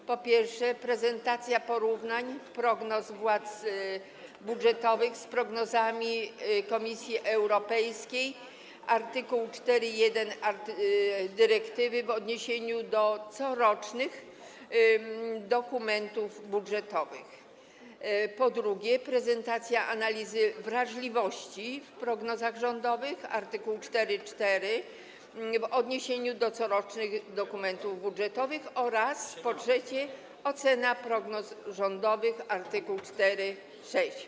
Są to: po pierwsze, prezentacja porównań prognoz władz budżetowych z prognozami Komisji Europejskiej, art. 4.1 dyrektywy, w odniesieniu do corocznych dokumentów budżetowych, po drugie, prezentacja analizy wrażliwości w prognozach rządowych, art. 4.4, w odniesieniu do corocznych dokumentów budżetowych oraz, po trzecie, ocena prognoz rządowych, art. 4.6.